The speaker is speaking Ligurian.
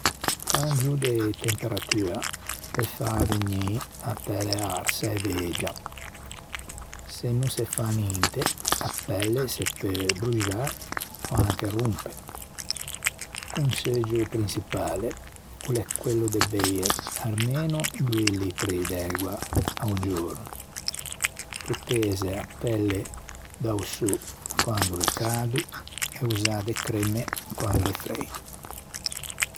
Cangio de temperatua pe fa vegnî a pelle arsa e vegia. Se no se fa ninte a pelle se peu bruxâ ò anche rompe. O conseggio prinçipale o l'é quello de beie armeno doî litri d'ægua a-o giorno, proteze a pelle da-o sô quando l'é cado e usando cremme quande l'é freido.